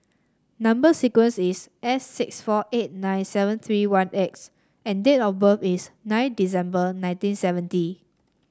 number sequence is S six four eight nine seven three one X and date of birth is nine December nineteen seventy